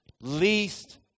least